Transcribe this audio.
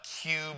cube